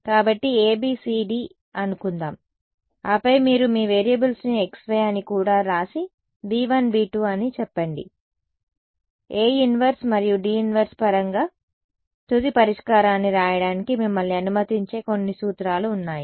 కాబట్టి ABCD అనుకుందాం ఆపై మీరు మీ వేరియబుల్స్ను xy అని కూడా వ్రాసి b1 b2 అని చెప్పండి A−1 మరియు D 1 పరంగా తుది పరిష్కారాన్ని వ్రాయడానికి మిమ్మల్ని అనుమతించే కొన్ని సూత్రాలు ఉన్నాయి